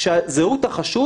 אמרתי, זה המצב.